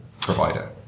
provider